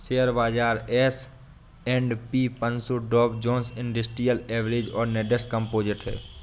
share बाजार S and P पनसो Dow Jones industrial average और नैस्डैक कंपोजिट है